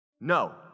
No